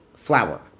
Flour